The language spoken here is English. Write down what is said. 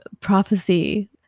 prophecy